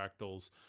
fractals